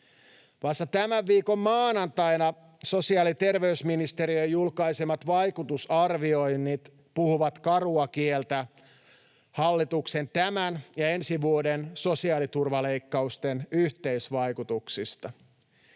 Vasta tämän viikon maanantaina sosiaali- ja terveysministeriön julkaisemat vaikutusarvioinnit puhuvat karua kieltä hallituksen tämän ja ensi vuoden sosiaaliturvaleikkausten yhteisvaikutuksista.